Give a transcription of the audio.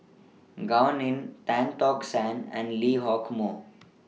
Gao Ning Tan Tock San and Lee Hock Moh